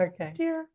Okay